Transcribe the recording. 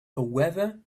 however